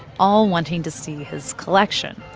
all wanting to see his collection.